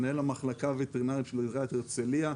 מנהל המחלקה הווטרינרית של עיריית הרצליה.